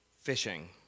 fishing